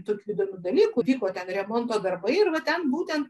daug įdomių dalykų vyko ten remonto darbai ir va ten būtent